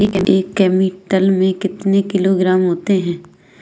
एक क्विंटल में कितने किलोग्राम होते हैं?